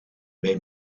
mij